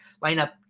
lineup